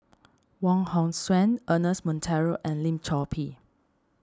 Wong Hong Suen Ernest Monteiro and Lim Chor Pee